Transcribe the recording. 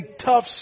tough